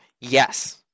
Yes